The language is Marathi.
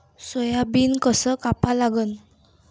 सोयाबीन कस कापा लागन?